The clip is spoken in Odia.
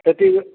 ସେଥିରୁ